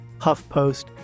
HuffPost